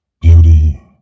beauty